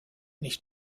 nicht